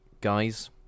guys